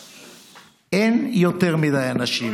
אין יותר מדי אנשים,